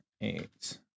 Eight